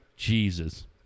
Jesus